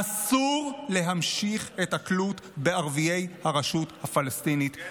אסור להמשיך את התלות בערביי הרשות הפלסטינית.